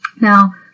Now